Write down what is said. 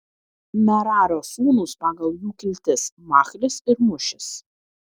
merario sūnūs pagal jų kiltis machlis ir mušis